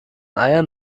eiern